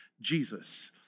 Jesus